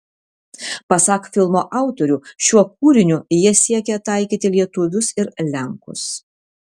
pasak filmo autorių šiuo kūriniu jie siekė taikyti lietuvius ir lenkus